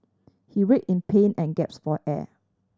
he writhed in pain and gaped for air